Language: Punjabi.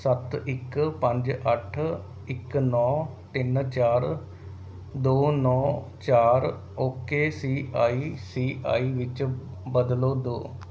ਸੱਤ ਇੱਕ ਪੰਜ ਅੱਠ ਇੱਕ ਨੌਂ ਤਿੰਨ ਚਾਰ ਦੋ ਨੌਂ ਚਾਰ ਓਕੇ ਸੀ ਆਈ ਸੀ ਆਈ ਵਿੱਚ ਬਦਲੋ ਦੋ